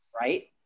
right